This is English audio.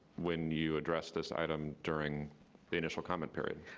when you addressed this item during the initial comment period.